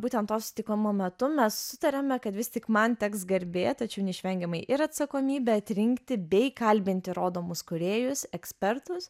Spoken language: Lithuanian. būtent to susitikimo metu mes sutarėme kad vis tik man teks garbė tačiau neišvengiamai ir atsakomybė atrinkti bei kalbinti rodomus kūrėjus ekspertus